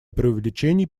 преувеличений